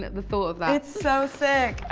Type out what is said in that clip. the thought of that. it's so sick.